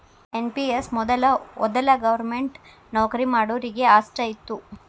NPS ಮೊದಲ ವೊದಲ government ನೌಕರಿ ಮಾಡೋರಿಗೆ ಅಷ್ಟ ಇತ್ತು